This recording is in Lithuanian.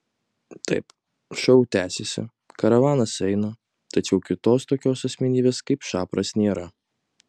taip šou tęsiasi karavanas eina tačiau kitos tokios asmenybės kaip šapras nėra